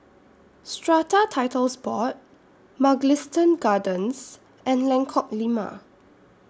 Strata Titles Board Mugliston Gardens and Lengkok Lima